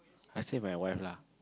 I stay with my wife lah